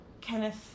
Kenneth